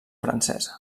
francesa